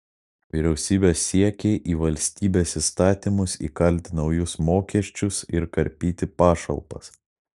vyriausybės siekiai į valstybės įstatymus įkalti naujus mokesčius ir karpyti pašalpas